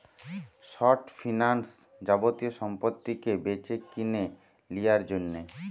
short finance যাবতীয় সম্পত্তিকে বেচেকিনে লিয়ার জন্যে